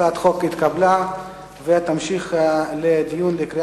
הצעת החוק התקבלה ותמשיך לדיון לקראת